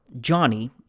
Johnny